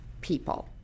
people